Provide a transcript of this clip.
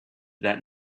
that